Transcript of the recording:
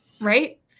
Right